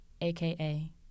aka